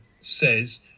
says